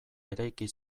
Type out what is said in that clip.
eraiki